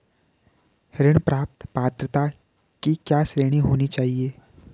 ऋण प्राप्त पात्रता की क्या श्रेणी होनी चाहिए?